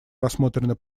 рассмотрены